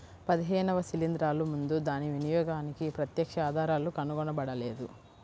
పదిహేనవ శిలీంద్రాలు ముందు దాని వినియోగానికి ప్రత్యక్ష ఆధారాలు కనుగొనబడలేదు